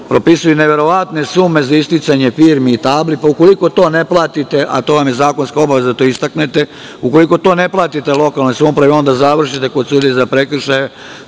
propisuju neverovatne sume za isticanje firmi i tabli, pa ukoliko to ne platite, a to vam je zakonska obaveza da istaknete, ukoliko to ne platite lokalnoj samoupravi, onda završite kod sudije za prekršaje.